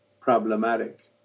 problematic